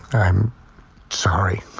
i'm sorry.